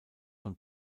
von